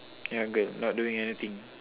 ya girl not doing anything